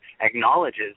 acknowledges